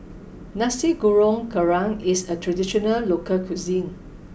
Nasi Goreng Kerang is a traditional local cuisine